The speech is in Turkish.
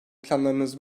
planlarınız